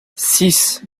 six